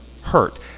hurt